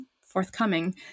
forthcoming